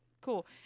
cool